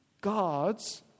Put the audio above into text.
God's